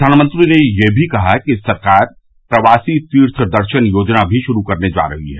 प्रघानमंत्री ने यह भी कहा कि सरकार प्रवासी तीर्थ दर्शन योजना भी शुरू करने जा रही है